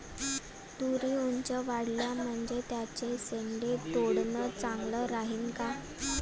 तुरी ऊंच वाढल्या म्हनजे त्याचे शेंडे तोडनं चांगलं राहीन का?